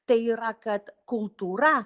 tai yra kad kultūra